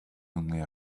only